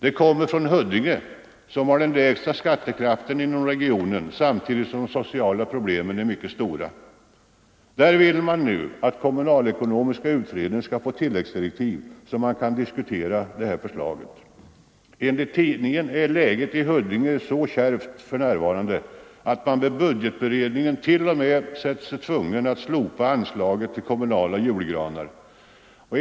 Det kommer från Huddinge som har den lägsta skattekraften inom Stockholmsregionen, samtidigt som de sociala problemen är mycket stora. Där vill man nu att kommunalekonomiska utredningen skall få tilläggsdirektiv, så att den kan diskutera även detta förslag. Enligt tidningen är läget i Huddinge så kärvt att man vid budgetberedningen t.o.m. ansett sig tvungen att slopa anslaget till kommunala julgranar.